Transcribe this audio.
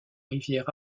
rivière